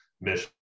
mission